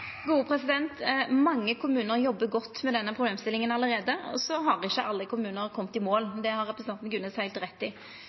Mange kommuner jobber godt med denne problemstillinga allereie, og så har ikkje alle kommunar kome i mål.